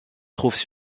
trouvent